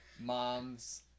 Moms